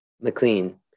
McLean